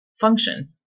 function